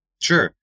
Sure